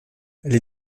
les